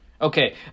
Okay